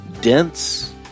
dense